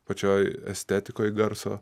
pačioj estetikoj garso